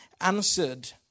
answered